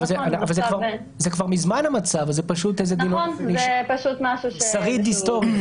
אבל זה כבר מזמן המצב, זה פשוט איזה שריד היסטורי.